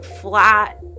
flat